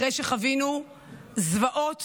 אחרי שחווינו זוועות